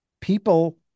people